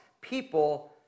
people